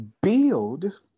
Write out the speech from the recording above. build